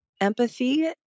empathy